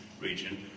region